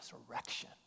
resurrection